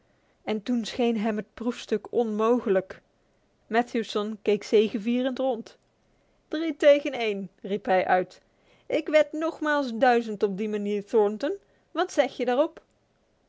en toen scheen hem het proefstuk onmogelijk matthewson keek zegevierend rond drie tegen één riep hij uit ik wed nogmaals duizend op die manier thornton wat zeg je daarop